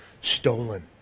stolen